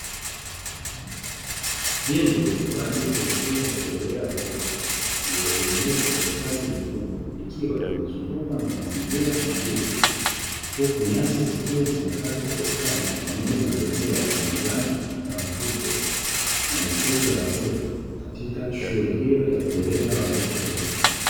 Jengo kwa ajili ya shule ya kulelea watoto lililotengenezwa kwa ustadi mkubwa, ikiwa limezungukwa na mazingira mazuri, huku nyasi zikiwa zimekatwa kwa ustadi; pamoja na bembea zenye rangi ya mvuto na michezo ya watoto katika shule hiyo ya kulelea watoto wadogo.